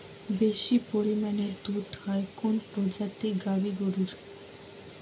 বেশি পরিমানে দুধ হয় কোন প্রজাতির গাভি গরুর?